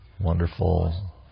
Wonderful